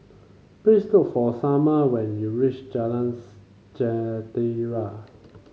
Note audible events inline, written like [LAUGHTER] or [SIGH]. please look for Sommer when you reach Jalan [HESITATION] Jentera